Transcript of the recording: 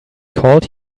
called